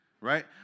right